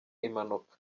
impanuka